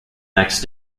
next